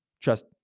Trust